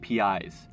APIs